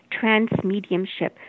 transmediumship